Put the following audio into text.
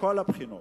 מכל הבחינות.